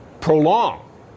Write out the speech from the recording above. prolong